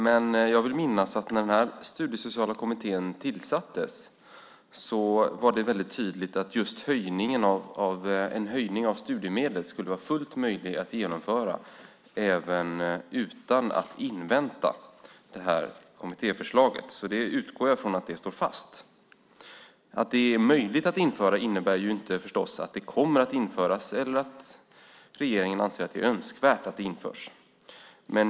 Men jag vill minnas att när den här kommittén tillsattes var det väldigt tydligt att en höjning av studiemedlet skulle vara fullt möjlig att genomföra även utan att man behövde invänta kommittéförslaget. Jag utgår från att det står fast. Att den är möjlig att genomföra innebär förstås inte att den kommer att genomföras eller att regeringen anser att det är önskvärt att den genomförs.